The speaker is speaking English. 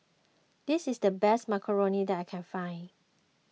this is the best Macarons that I can find